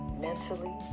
mentally